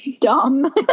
dumb